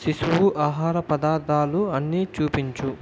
శిశువు ఆహార పదార్థాలు అన్ని చూపించు